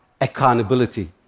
accountability